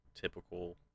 typical